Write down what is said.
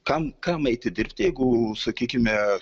kam kam eiti dirbti jeigu sakykime